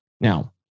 Now